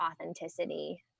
authenticity